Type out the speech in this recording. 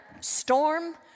storm